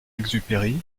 exupéry